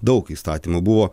daug įstatymų buvo